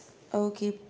oh okay